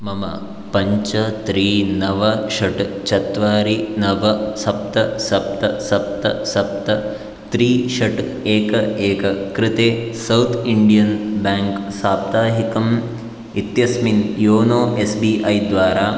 मम पञ्च त्रीणि नव षट् चत्वारि नव सप्त सप्त सप्त सप्त त्रीणि षट् एकं एक कृते सौत् इण्डियन् बैङ्क् साप्ताहिकम् इत्यस्मिन् योनो एस् बी ऐ द्वारा